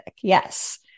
yes